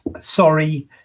sorry